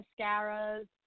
mascaras